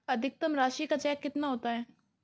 अधिकतम राशि का चेक कितना होता है?